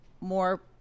more